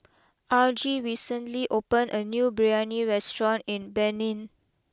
Argie recently opened a new Biryani restaurant in Benin